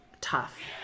tough